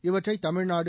இவற்றை தமிழ்நாடு